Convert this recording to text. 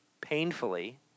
painfully